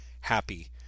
Happy